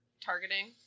Targeting